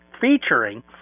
featuring